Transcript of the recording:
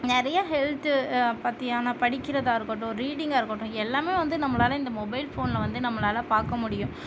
நிறைய ஹெல்த் பற்றியான படிக்கிறதாக இருக்கட்டும் ரீடிங்காக இருக்கட்டும் எல்லாமே வந்து நம்மளால் இந்த மொபைல் போனில் வந்து நம்மளால் பார்க்க முடியும்